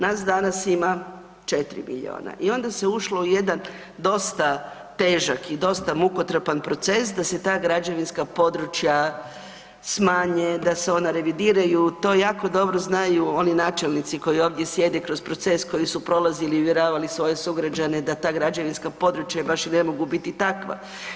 Nas danas ima 4 milijuna i onda se ušlo u jedan dosta težak i dosta mukotrpan proces da se ta građevinska područja smanje, da se ona revidiraju, to jako dobro znaju oni načelnici koji ovdje sjede kroz proces koji su prolazili i uvjeravali svoje sugrađane da ta građevinska područja baš i ne mogu biti takva.